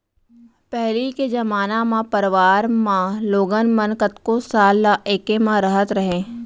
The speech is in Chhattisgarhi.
पहिली के जमाना म परवार म लोगन मन कतको साल ल एके म रहत रहें